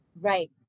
Right